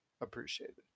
appreciated